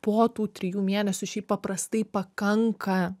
po tų trijų mėnesių šiaip paprastai pakanka